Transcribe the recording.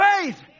faith